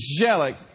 angelic